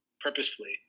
purposefully